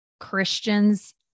Christians